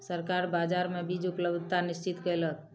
सरकार बाजार मे बीज उपलब्धता निश्चित कयलक